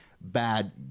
bad